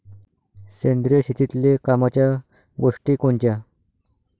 सेंद्रिय शेतीतले कामाच्या गोष्टी कोनच्या?